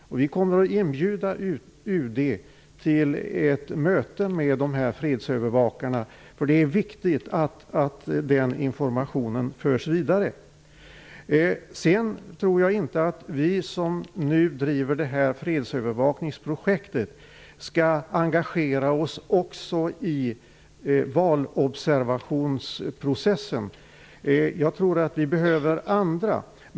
Vi kommer att inbjuda UD till ett möte med dessa fredsövervakare. Det är viktigt att den informationen förs vidare. Jag tror inte att vi som driver detta fredsövervakningsprojekt skall engagera oss också i valobservationsprocessen. Jag tror att vi behöver andra personer.